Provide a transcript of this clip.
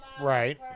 Right